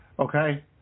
Okay